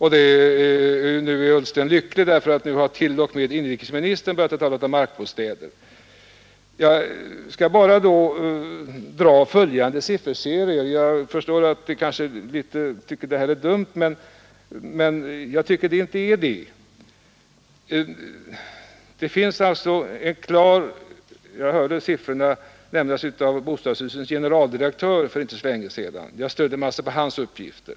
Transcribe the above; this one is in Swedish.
Herr Ullsten är lycklig över att t.o.m. inrikesministern har börjat tala om markbostäder. Jag skall bara dra några siffror jag förstår att ni tycker det är dumt, men det tycker inte jag. Jag hörde siffrorna nämnas för inte så länge sedan av bostadsstyrelsens generaldirektör, och jag stöder mig alltså på hans uppgifter.